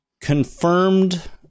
confirmed